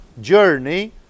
journey